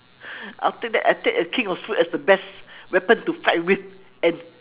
after that I take the king of fruits as the best weapon to fight with and